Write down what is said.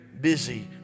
busy